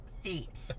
feet